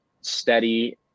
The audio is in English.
steady –